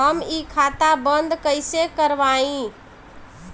हम इ खाता बंद कइसे करवाई?